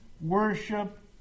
worship